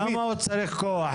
למה הוא צריך כוח?